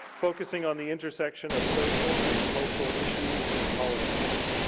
focusing on the intersection of social and cultural issues and politics.